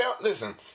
listen